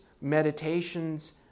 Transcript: meditations